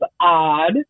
odd